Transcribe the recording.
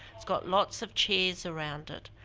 it's got lots of chairs around it.